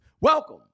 Welcome